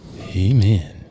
Amen